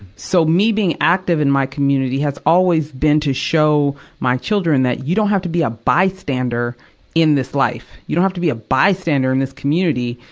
so, me being active in my community has always been to show my children that you don't have to be a bystander in this life. you don't have to be a bystander in this community,